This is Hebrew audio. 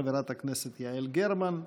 חברת הכנסת יעל גרמן,